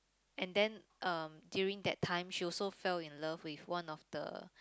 and then uh during that time she also fell in love with one of the